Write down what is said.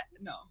No